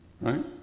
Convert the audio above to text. right